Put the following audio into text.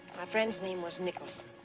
my friend's name was nicholson,